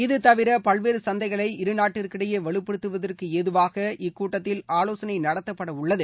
இது தவிர பல்வேறு சந்தைகளை இருநாட்டிற்கிடையே வலுப்படுத்துவதற்கு ஏதுவாக இக்கூட்டத்தில் ஆலோசனை நடத்தப்படவுள்ளது